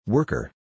Worker